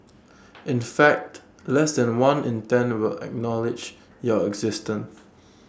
in fact less than one in ten will acknowledge your existence